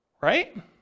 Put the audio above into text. right